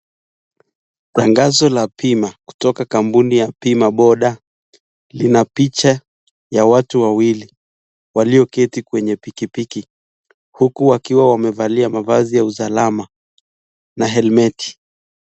Tangazo la bima kutoka kampuni ya bima boda lina picha ya watu wawili walioketi kwenye pikipiki huku wakiwa waevalia mavazi ya usalama na helmeti .